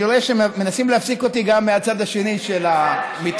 אני רואה שמנסים להפסיק אותי גם מהצד השני של המתרס,